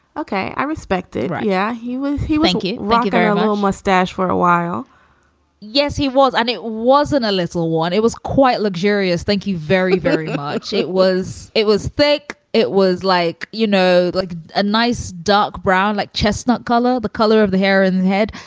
ok. i respect it. yeah, he was he wanky rocket our little mustache for a while yes, he was. and it wasn't a little one. it was quite luxurious. thank you very, very much. it was it was thick. it was like, you know, like a nice duck brown like chestnut color. the color of the hair in the head.